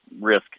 risk